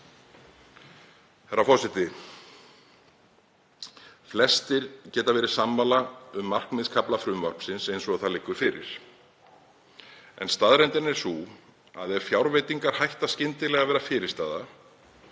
Herra forseti. Flestir geta verið sammála um markmiðskafla frumvarpsins eins og það liggur fyrir. En staðreyndin er sú að ef fjárveitingar hætta skyndilega að vera fyrirstaða